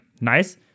nice